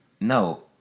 no